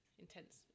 intense